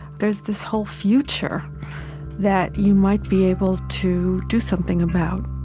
there's this whole future that you might be able to do something about